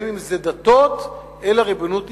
אם דתות, אלא ריבונות ישראל.